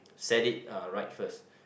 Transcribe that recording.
set it uh right first